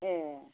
ए